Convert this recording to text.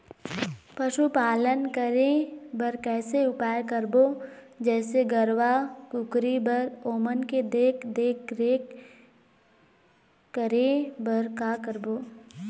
पशुपालन करें बर कैसे उपाय करबो, जैसे गरवा, कुकरी बर ओमन के देख देख रेख करें बर का करबो?